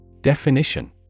Definition